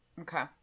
Okay